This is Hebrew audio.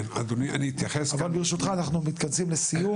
אבל ברשותך אנחנו מתכנסים לסיום.